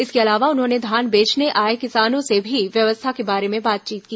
इसके अलावा उन्होंने ली और धान बेचने आए किसानों से भी व्यवस्था के बारे में बातचीत की